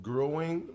Growing